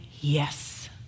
yes